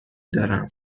دارم